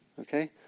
okay